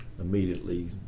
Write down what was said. immediately